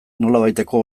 nolabaiteko